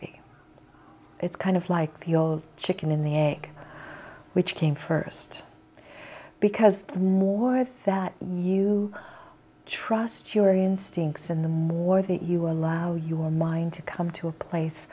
it's kind of like the old chicken in the egg which came first because the more that you trust your instincts and the more that you allow your mind to come to a place